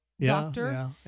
doctor